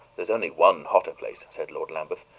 there's only one hotter place, said lord lambeth,